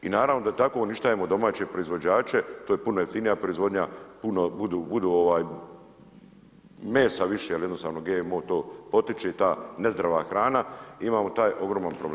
I naravno da tako uništavamo domaće proizvođače, to je puno jeftinija proizvodnja, puno budu mesa više jer jednostavno GMO to potiče i ta nezdrava hrana, imamo taj ogroman problem.